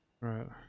Right